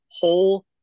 whole